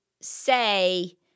say